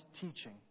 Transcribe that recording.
teaching